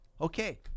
Okay